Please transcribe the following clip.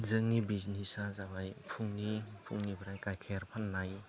जोंनि बिजनेसआ जाबाय फुंनि फुंनिफ्राय गाइखेर फाननाय